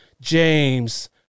James